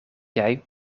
jij